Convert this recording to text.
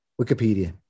Wikipedia